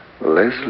Leslie